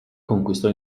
conquistò